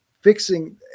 fixing